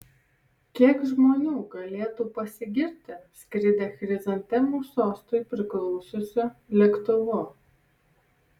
kiek žmonių galėtų pasigirti skridę chrizantemų sostui priklausiusiu lėktuvu